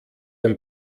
ein